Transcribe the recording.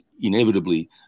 inevitably